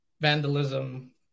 vandalism